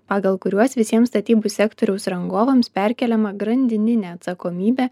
pagal kuriuos visiems statybų sektoriaus rangovams perkeliama grandininė atsakomybė